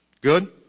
good